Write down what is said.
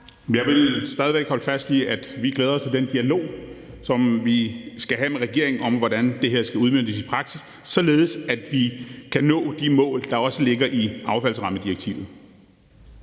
Jeg vil stadig væk holde fast i, at vi glæder os til den dialog, som vi skal have med regeringen om, hvordan det her skal udmøntes i praksis, således at vi kan nå de mål, der også ligger i affaldsrammedirektivet.